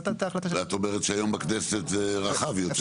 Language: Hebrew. ואת אומרת שהיום בכנסת זה רחב יותר.